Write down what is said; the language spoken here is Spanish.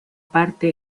parte